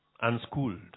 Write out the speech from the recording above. unschooled